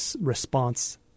response